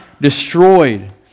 destroyed